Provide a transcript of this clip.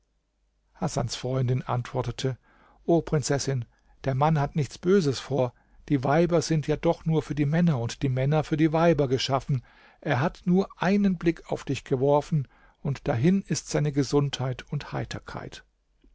hasans freundin antwortete o prinzessin der mann hat nichts böses vor die weiber sind ja doch nur für die männer und die männer für die weiber geschaffen er hat nur einen blick auf dich geworfen und dahin ist seine gesundheit und heiterkeit